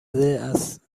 است